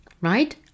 right